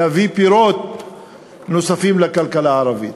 להביא פירות נוספים לכלכלה הערבית.